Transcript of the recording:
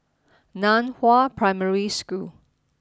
Nan Hua Primary School